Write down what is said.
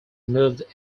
moved